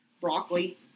Broccoli